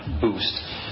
boost